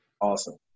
Awesome